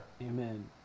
Amen